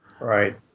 Right